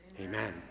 amen